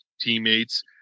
teammates